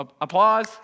Applause